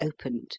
opened